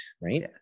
right